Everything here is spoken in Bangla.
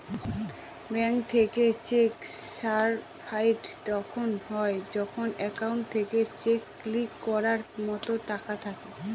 ব্যাঙ্ক থেকে চেক সার্টিফাইড তখন হয় যখন একাউন্টে চেক ক্লিয়ার করার মতো টাকা থাকে